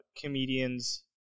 comedians